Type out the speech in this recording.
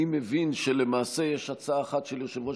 אני מבין שלמעשה יש הצעה אחת של יושב-ראש